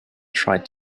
tried